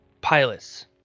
pilots